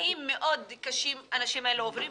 תנאים מאוד קשים האנשים האלה עוברים,